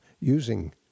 using